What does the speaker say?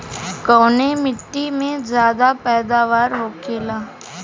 कवने मिट्टी में ज्यादा पैदावार होखेला?